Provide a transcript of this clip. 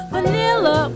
Vanilla